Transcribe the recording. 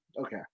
okay